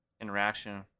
interaction